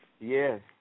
Yes